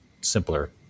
simpler